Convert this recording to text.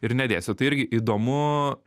ir nedėsiu tai irgi įdomu